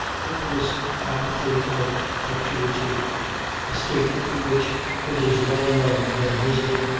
hopeless apathy of fatuity a state to which it is well known that misery,